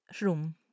Room